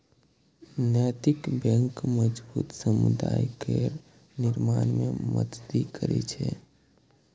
नैतिक बैंक मजबूत समुदाय केर निर्माण मे मदति करै छै